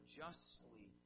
justly